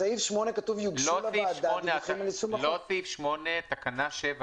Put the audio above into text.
בסעיף 8 כתוב --- לא סעיף 8, תקנה 7ב'.